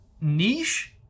niche